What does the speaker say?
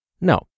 No